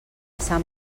sant